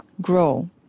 grow